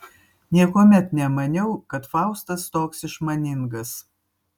niekuomet nemaniau kad faustas toks išmaningas